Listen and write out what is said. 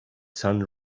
sun